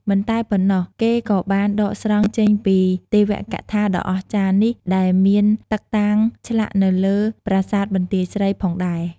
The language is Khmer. មិនតែប៉ុណ្ណោះគេក៏បានដកស្រង់ចេញពីទេវកថាដ៏អស្ចារ្យនេះ ដែលមានតឹកតាងឆ្លាក់នៅលើ ប្រាសាទបន្ទាយស្រី ផងដែរ។